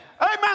Amen